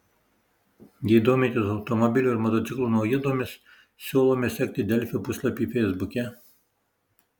jei domitės automobilių ir motociklų naujienomis siūlome sekti delfi puslapį feisbuke